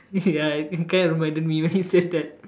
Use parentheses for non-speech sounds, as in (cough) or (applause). ya it kind of reminded (laughs) me when you said that